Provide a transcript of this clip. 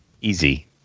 Easy